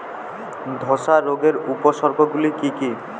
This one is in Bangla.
ধসা রোগের উপসর্গগুলি কি কি?